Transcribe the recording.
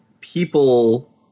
people